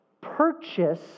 purchase